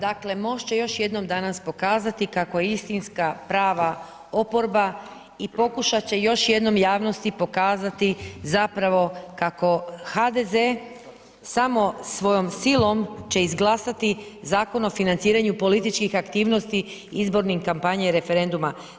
Dakle, MOST će još jednom danas pokazati kako je istinska prava oporba i pokušat će još jednom javnosti pokazati zapravo kako HDZ samo svojom silom će izglasati Zakon o financiranju političkih aktivnosti i izborne kampanje i referenduma.